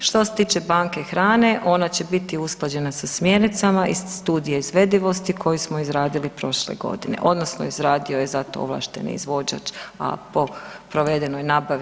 Što se tiče banke hrane ona će biti usklađena sa smjernicama studije izvedivosti koju smo izradili prošle godine, odnosno izradio je za to ovlašteni izvođač, a po provedenoj nabavi